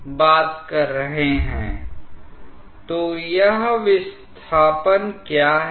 तो यह विस्थापन क्या है